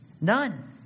none